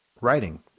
writing